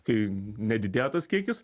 kai nedidėjo tas kiekis